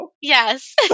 Yes